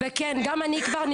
בגלל שהשכר של המורים